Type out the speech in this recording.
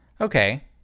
Okay